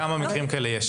כמה מקרים כאלה יש?